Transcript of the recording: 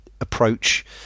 approach